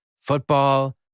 football